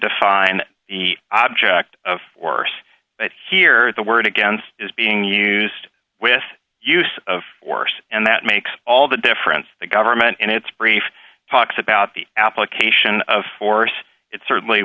define the object of force but here the word against is being used with use of force and that makes all the difference the government in its brief talks about the application of force it's certainly